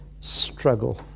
struggle